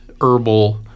herbal